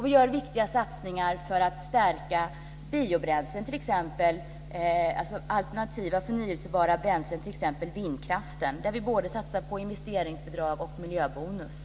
Vi gör viktiga satsningar på biobränslen och alternativa förnybara bränslen - t.ex. vindkraften, där vi satsar på både investeringsbidrag och miljöbonus.